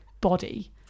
body